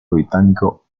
británico